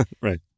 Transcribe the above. right